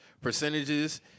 percentages